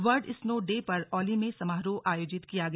world Snow Day पर औली में समारोह आयोजित किया गया